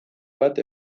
bat